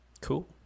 Cool